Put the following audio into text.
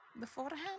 beforehand